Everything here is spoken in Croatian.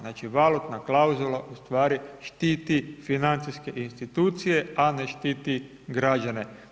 Znači valutna klauzula ustvari štiti financijske institucije, a ne štiti građane.